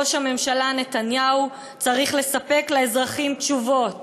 ראש הממשלה נתניהו צריך לספק לאזרחים תשובות.